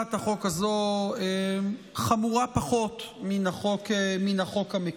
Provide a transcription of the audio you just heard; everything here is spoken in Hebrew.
הצעת החוק הזאת חמורה פחות מן החוק המקורי.